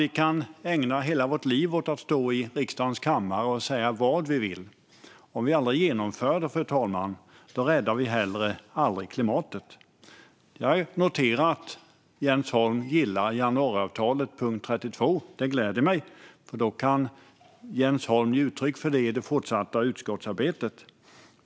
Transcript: Vi kan ägna hela vårt liv åt att stå i riksdagens kammare och säga vad vi vill, men om vi aldrig genomför det räddar vi inte klimatet. Jag har noterat att Jens Holm gillar januariavtalets punkt 32. Det gläder mig, för då kan Jens Holm ge uttryck för det i det fortsatta utskottsarbetet.